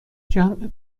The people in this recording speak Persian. جمع